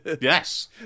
Yes